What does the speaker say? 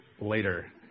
later